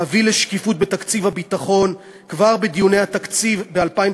להביא לשקיפות בתקציב הביטחון כבר בדיוני התקציב ב-2015.